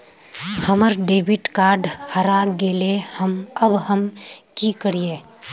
हमर debit card हरा गेले अब हम की करिये?